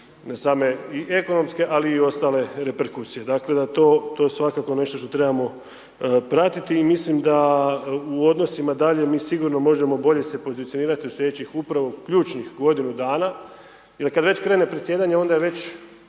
na same i ekonomske ali i ostale reperkusije, dakle da je to svakako nešto što trebamo pratiti i mislim da u odnosima dalje mi sigurno se možemo bolje pozicionirati u slijedećih upravo ključnih godinu dana jer kad već krene predsjedanje, onda je već